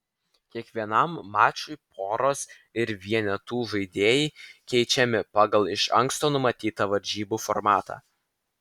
kiekvienam mačui poros ir vienetų žaidėjai keičiami pagal iš anksto numatytą varžybų formatą